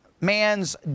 man's